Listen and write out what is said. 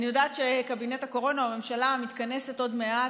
אני יודעת שקבינט הקורונה או הממשלה מתכנסת עוד מעט,